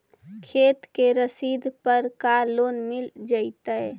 खेत के रसिद पर का लोन मिल जइतै?